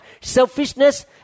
selfishness